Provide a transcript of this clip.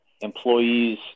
employees